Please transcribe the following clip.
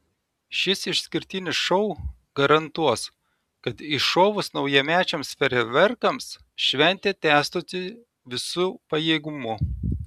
šis išskirtinis šou garantuos kad iššovus naujamečiams fejerverkams šventė tęstųsi visu pajėgumu